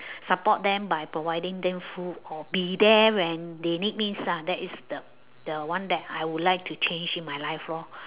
support them by providing them food or be there when they need me lah that is the the one that I would like to change in my life lor